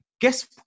guess